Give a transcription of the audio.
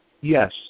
Yes